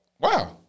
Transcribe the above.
Wow